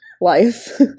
life